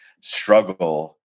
struggle